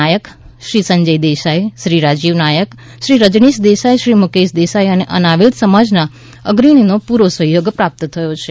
નાયક શ્રી સંજય દેસાઇ શ્રી રાજીવ નાયક શ્રી રજનીશ દેસાઈ શ્રી મુકેશ દેસાઈ અને અનાવિલ સમાજ ના અગ્રણીઓ નો પૂરો સહ્યોગ પ્રાપ્ત થયો છે